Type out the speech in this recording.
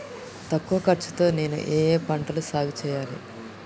తక్కువ ఖర్చు తో నేను ఏ ఏ పంటలు సాగుచేయాలి?